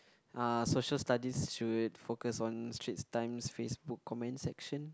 uh Social Studies should focus on Straits Times Facebook comment section